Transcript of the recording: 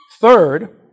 Third